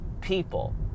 people